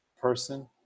person